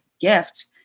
gift